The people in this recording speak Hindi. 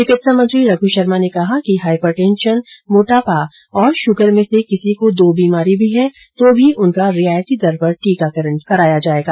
चिकित्सा मंत्री रघ् शर्मा ने कहा कि हाइपरटेंशन मोटापा और शुगर में से किसी को दो बीमारी भी हैं तो भी उनका रियायती दर पर टीकाकरण कराया जायेगा